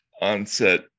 onset